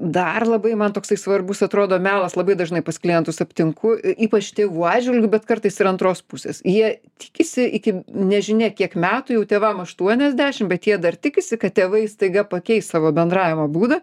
dar labai man toksai svarbus atrodo melas labai dažnai pas klientus aptinku ypač tėvų atžvilgiu bet kartais ir antros pusės jie tikisi iki nežinia kiek metų jau tėvam aštuoniasdešimt bet jie dar tikisi kad tėvai staiga pakeis savo bendravimo būdą